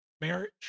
marriage